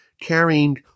carrying